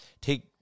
take